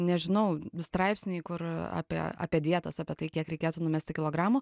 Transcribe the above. nežinau straipsniai kur apie apie dietas apie tai kiek reikėtų numesti kilogramų